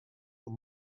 són